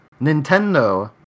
Nintendo